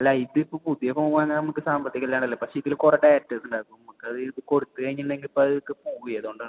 ലൈറ്റിപ്പോൾ പുതിയ ഫോൺ വാങ്ങാൻ നമുക്ക് സാമ്പത്തികം ഇല്ലാണ്ടല്ല പക്ഷേ ഇതിൽ കുറെ ഡാറ്റാസുണ്ട് നമുക്കത് കൊടുത്ത് കഴിഞ്ഞുണ്ടെങ്കിൽ ഇപ്പോൾ അതൊക്കെ പോവേ അതോണ്ടാണ്